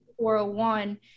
401